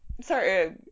sorry